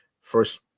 first